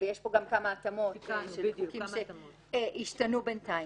ויש פה גם כמה התאמות של חוקים שהשתנו בינתיים.